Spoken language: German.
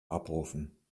abrufen